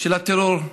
של הטרור.